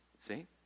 see